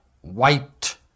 white